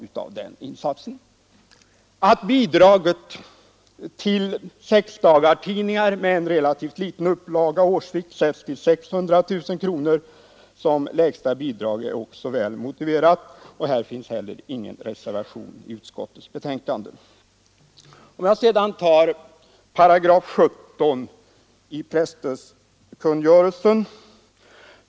Att det lägsta bidraget till sexdagarstidningar med en relativt liten upplaga årsvis sätts till 600 000 kronor är också väl motiverat, och här finns heller ingen reservation i utskottets betänkande. Jag övergår så till 17 § i presstödskungörelsen.